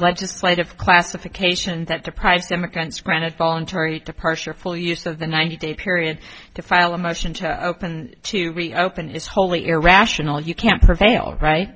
legislative classification that deprives democrats granted voluntary departure full use of the ninety day period to file a motion to open to reopen it is wholly irrational you can prevail right